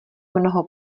mnoho